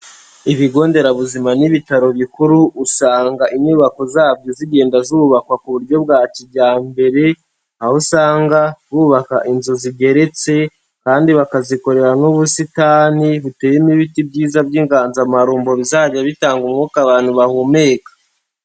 Ibigo nderabuzima n'ibitaro bikuru, usanga inyubako zabyo zigenda zubakwa ku buryo bwa kijyambere, aho usanga bubaka inzu zigeretse, kandi bakazikorera n'ubusitani buteyemo ibiti byiza by'inganzamarumbo bizajya bitanga umwuka abantu bahumeka.